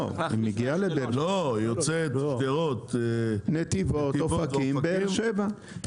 היא עוצרת בנתיבות, אופקים ובאר שבע.